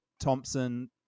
Thompson